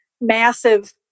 massive